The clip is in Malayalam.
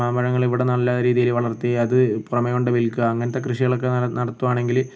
മാമ്പഴങ്ങൾ ഇവിടെ നല്ല രീതിയിൽ വളർത്തി അത് പുറമെ കൊണ്ട് വിൽക്കുക അങ്ങനത്തെ കൃഷികളൊക്കെ നടത്തുകയാണെങ്കിൽ